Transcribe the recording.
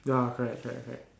ya correct correct correct